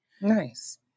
Nice